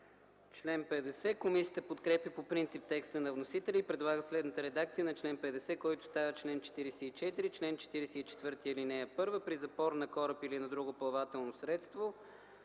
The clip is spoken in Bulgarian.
ЦИПОВ: Комисията подкрепя по принцип текста на вносителя и предлага следната редакция на чл. 50, който става чл. 44: „Чл. 44. (1) При запор на кораб или на друго плавателно средство